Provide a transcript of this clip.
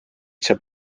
saab